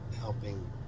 helping